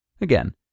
Again